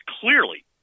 Clearly